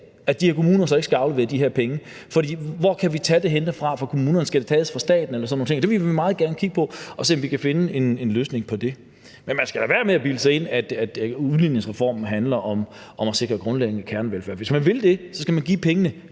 at de her kommuner så ikke skal aflevere de her penge. For hvor kan vi tage det fra i kommunerne; skal det tages fra staten eller sådan nogle ting? Og det vil vi meget gerne kigge på og se om vi kan finde en løsning på. Men man skal lade være med at bilde sig ind, at udligningsreformen handler om at sikre grundlæggende kernevelfærd. Hvis man vil det, skal man give pengene